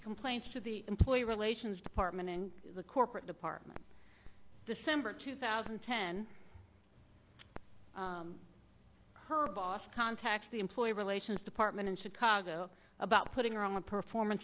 complains to the employee relations department and the corporate department december two thousand and ten her boss contacts the employee relations department in chicago about putting her on a performance